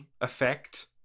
effect